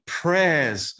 prayers